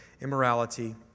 immorality